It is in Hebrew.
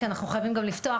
כי אנחנו חייבים גם לפתוח,